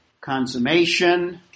consummation